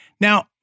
Now